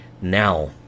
Now